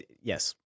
yes